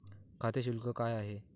खाते शुल्क काय आहे?